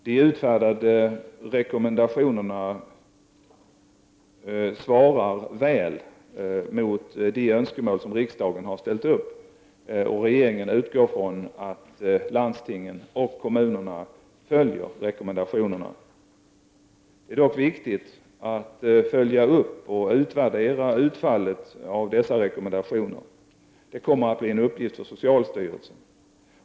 De utfärdade rekommendationerna svarar väl mot de önskemål som riksdagen ställt upp, och regeringen utgår från att landstingen och kommunerna följer rekommendationerna. Det är dock viktigt att följa upp och utvärdera utfallet av dessa rekommendationer. Detta kommer att bli en uppgift för socialstyrelsen.